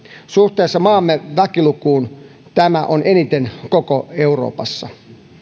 suhteessa maamme väkilukuun tämä on eniten koko euroopassa